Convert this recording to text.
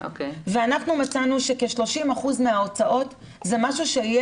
ואנחנו מצאנו שכ-30% מההוצאות זה משהו שיהיה